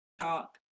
talk